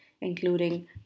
including